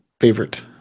favorite